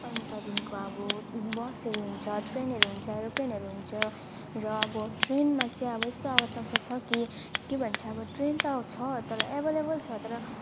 अनि त्यहाँदेखिको अब बसहरू हुन्छ ट्रेनहरू हुन्छ एरोप्लेनहरू हुन्छ र अब ट्रेनमा चाहिँ अब यस्तो आवश्यकता छ कि के भन्छ अब ट्रेन त छ तर एभाइलेभल छ तर